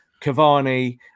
Cavani